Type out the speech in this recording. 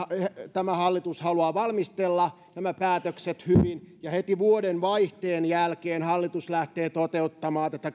tämä hallitus haluaa valmistella päätökset hyvin ja heti vuodenvaihteen jälkeen hallitus lähtee toteuttamaan tätä